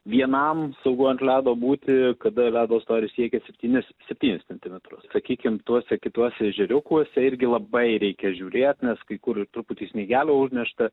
vienam saugu ant ledo būti kada ledo storis siekia septynis septynis centimetrus sakykim tuose kituose ežeriukuose irgi labai reikia žiūrėt nes kai kur ir truputį sniegelio užnešta